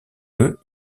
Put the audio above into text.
eux